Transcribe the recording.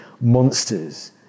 monsters